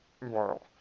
moral